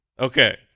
Okay